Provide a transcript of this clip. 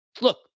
Look